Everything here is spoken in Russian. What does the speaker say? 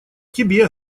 тебе